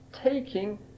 taking